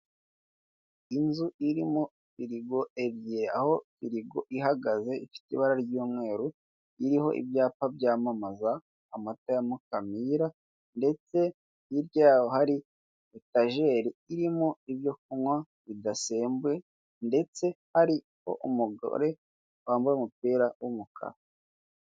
Inzu irimo firigo ebyiri, aho firigo ihagaze ifite ibara ry'umweru, iriho ibyapa byamamaza amata ya Mukamira ndetse hirya yaho hari etajeri irimo ibyo kunywa bidasembuye ndetse hari umugore wambaye umupira w'umukara.